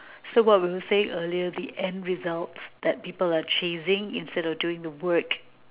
so what we will say earlier the end result that people are chasing instead of doing the work